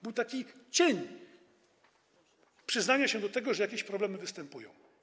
Był taki cień przyznania się do tego, że jakieś problemy występują.